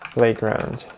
playground.